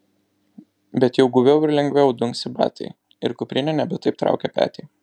bet jau guviau ir lengviau dunksi batai ir kuprinė nebe taip traukia petį